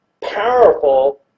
powerful